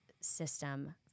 system